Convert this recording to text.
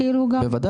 בוודאי.